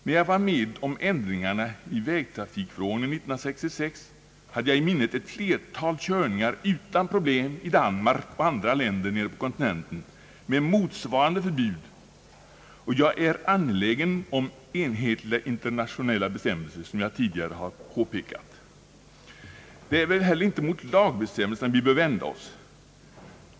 När jag var med om ändringarna i vägtrafikförordningen 1966, hade jag i minnet ett flertal körningar utan problem i Danmark och i andra länder med motsvarande förbud, och jag är angelägen om enhetliga internationella bestämmelser. Som jag tidigare har påpekat, är det väl inte heller mot lagbestämmelserna vi bör vända oss.